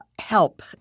help